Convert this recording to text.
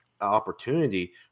opportunity